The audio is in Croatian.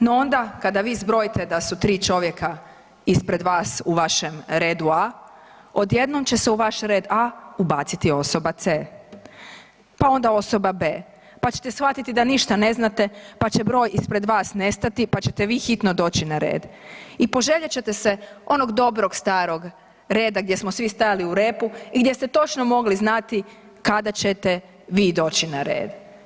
No onda kada vi zbrojite da su tri čovjeka ispred vas u vašem redu A, odjednom će se u vaš red A ubaciti osoba C, pa onda osoba B, pa ćete shvatiti da ništa ne znate, pa će broj ispred vas nestati, pa ćete vi hitno doći na red i poželjet ćete se onog dobro starog reda gdje smo svi stajali u repu i gdje ste točno mogli znati kada ćete vi doći na red.